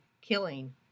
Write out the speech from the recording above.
killing